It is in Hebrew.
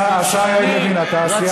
השר לוין, אתה סיימת את הזמן.